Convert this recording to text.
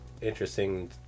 interesting